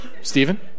Stephen